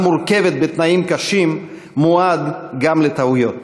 בתנאים קשים מוּעד גם לטעויות.